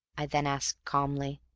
i then asked calmly.